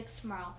tomorrow